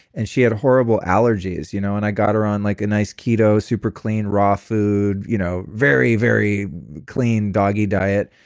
and she had horrible allergies you know and i got her on like a nice keto, super clean, raw food, you know very, very clean doggie diet,